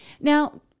Now